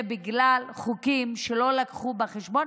זה בגלל חוקים שלא לקחו בחשבון,